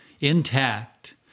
intact